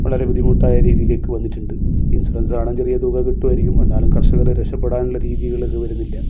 വളരെ ബുദ്ധിമുട്ടായ രീതിയിലേക്ക് വന്നിട്ടുണ്ട് ഇൻഷുറൻസാണേ ചെറിയ തുക കിട്ടുമായിരിക്കും എന്നാലും കർഷകർ രക്ഷപ്പെടാനുള്ള രീതികൾ വരുന്നില്ല